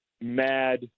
mad